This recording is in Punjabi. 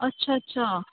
ਅੱਛਾ ਅੱਛਾ